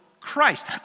Christ